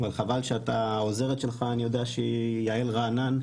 חבל שהעוזרת שלך היא יעל רענן,